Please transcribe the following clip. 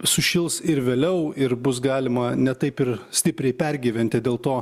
sušils ir vėliau ir bus galima ne taip ir stipriai pergyventi dėl to